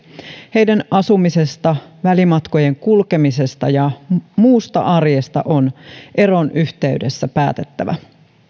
heidän asumisestaan välimatkojen kulkemisestaan ja muusta arjestaan on eron yhteydessä päätettävä